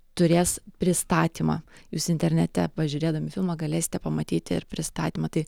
turės pristatymą jūs internete pažiūrėdami filmą galėsite pamatyti ir pristatymą tai